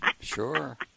sure